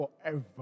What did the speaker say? forever